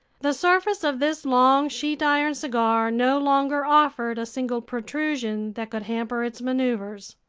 the surface of this long sheet-iron cigar no longer offered a single protrusion that could hamper its maneuvers.